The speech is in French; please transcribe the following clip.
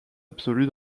absolue